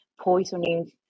poisoning